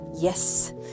Yes